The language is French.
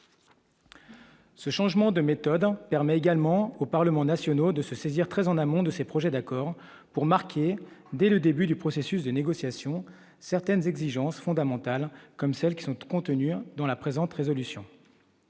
Ce changement de méthode permet également aux parlements nationaux de se saisir très en amont de ces projets d'accord pour marquer dès le début du processus de négociation certaines exigences fondamentales comme celles qui sont contenues dans la présente résolution